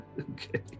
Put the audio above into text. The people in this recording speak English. Okay